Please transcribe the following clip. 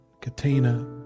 Katina